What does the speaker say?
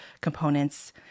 components